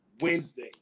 Wednesday